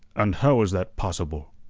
and how is that possible?